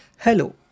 Hello